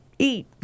eat